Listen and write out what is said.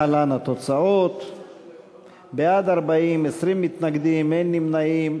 להלן התוצאות: בעד, 40, 20 מתנגדים, אין נמנעים.